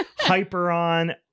Hyperon